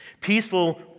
peaceful